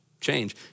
change